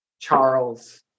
Charles